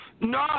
No